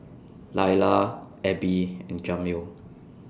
Lyla Abby and Jamil